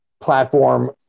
platform